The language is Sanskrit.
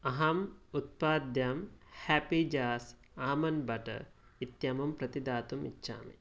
अहम् उत्पाद्यं हेपी जार्स् आल्मण्ड् बट्टर् इत्यमुं प्रतिदातुम् इच्छामि